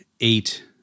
eight